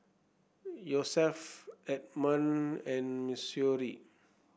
Yosef Edmon and Missouri